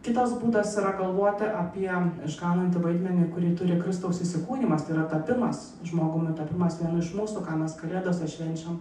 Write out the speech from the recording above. kitas būdas yra galvoti apie išganantį vaidmenį kurį turi kristaus įsikūnijimas tai yra tapimas žmogumi tapimas vienu iš mūsų ką mes kalėdose švenčiam